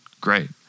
great